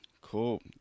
Cool